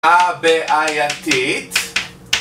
הבעייתית